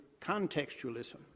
contextualism